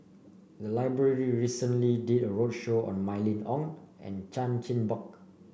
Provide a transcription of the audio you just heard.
the library recently did a roadshow on Mylene Ong and Chan Chin Bock